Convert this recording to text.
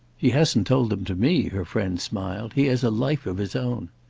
he hasn't told them to me, her friend smiled, he has a life of his own.